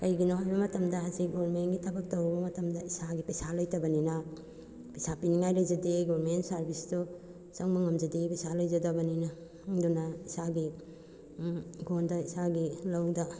ꯀꯩꯒꯤꯅꯣ ꯍꯥꯏꯕ ꯃꯇꯝꯗ ꯍꯧꯖꯤꯛ ꯒꯣꯔꯃꯦꯟꯒꯤ ꯊꯕꯛ ꯇꯧꯔꯨꯕ ꯃꯇꯝꯗ ꯏꯁꯥꯒꯤ ꯄꯩꯁꯥ ꯂꯩꯇꯕꯅꯤꯅ ꯄꯩꯁꯥ ꯄꯤꯅꯤꯡꯉꯥꯏ ꯂꯩꯖꯗꯦ ꯒꯣꯔꯃꯦꯟ ꯁꯥꯔꯚꯤꯁꯇꯣ ꯆꯪꯕ ꯉꯝꯖꯗꯦ ꯄꯩꯁꯥ ꯂꯩꯖꯗꯕꯅꯤꯅ ꯑꯗꯨꯅ ꯏꯁꯥꯒꯤ ꯏꯪꯈꯣꯜꯗ ꯏꯁꯥꯒꯤ ꯂꯧꯗ